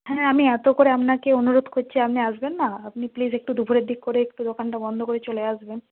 হ্যাঁ আমি এত করে আপনাকে অনুরোধ করছি আপনি আসবেন না আপনি প্লিজ একটু দুপুরের দিক করে একটু দোকানটা বন্ধ করে চলে আসবেন